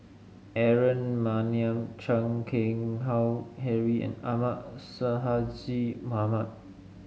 Aaron Maniam Chan Keng Howe Harry and Ahmad Sonhadji Mohamad